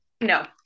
no